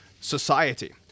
society